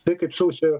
tai kaip sausio